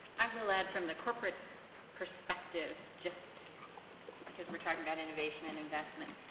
i will add, from the corporate perspective, just because we're talking about innovation and investment.